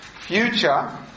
future